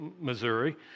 Missouri